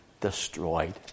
destroyed